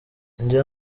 njye